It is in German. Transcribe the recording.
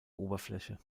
oberfläche